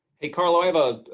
hey, carlo, i have a